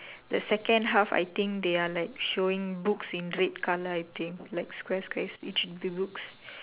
the second half I think they are like showing books in red colour I think like square square is each of the books